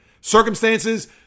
circumstances